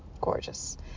gorgeous